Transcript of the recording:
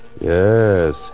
Yes